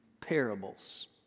parables